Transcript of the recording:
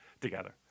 together